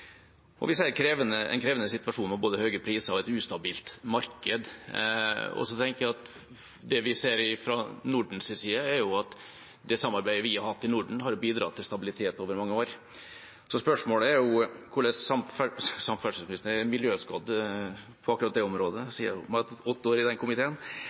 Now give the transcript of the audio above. gass. Vi ser en krevende situasjon med både høye priser og et ustabilt marked. Det vi ser fra Nordens side, er at det samarbeidet vi har hatt i Norden, har bidratt til stabilitet over mange år. Spørsmålet er hvordan samarbeidsministeren tenker seg å jobbe med dette innenfor Nordisk ministerråd, og hvordan kan Norge ta en ledende posisjon i arbeidet med et godt energisamarbeid i Norden? Jeg takker representanten for et viktig spørsmål. Det